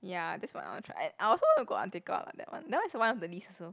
ya that's what I want to try I also want to go Antartica like that one that one is one of the list also